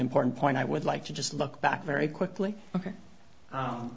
important point i would like to just look back very quickly